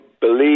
believe